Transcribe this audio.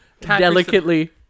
delicately